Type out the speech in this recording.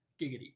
Giggity